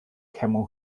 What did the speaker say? camel